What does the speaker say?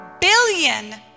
billion